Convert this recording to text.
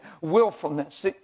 willfulness